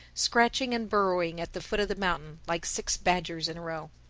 scratching and burrowing at the foot of the mountain, like six badgers in a row.